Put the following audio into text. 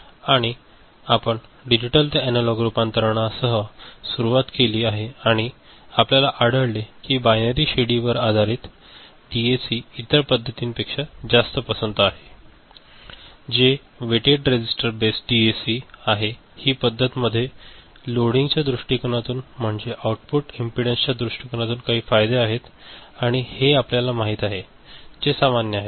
आणि आपण डिजिटल ते एनालॉग रूपांतरणासह सुरुवात केली आणि आपल्याला आढळले की बायनरी शिडी आधारित डीएसी इतर पद्धतींपेक्षा जास्त पसंत आहे जे वेटेड रेझिस्टर बेस्ड डीएसी आहे हि पद्धती मध्ये लोडिंग च्या दृष्टीकोनातून म्हणजेच आउटपुट इम्पॅडेन्स च्या दृष्टीकोनातून काही फायदे आहेत आणि हे आपल्याला माहित आहे जे सामान्य आहे